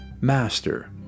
Master